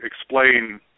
explain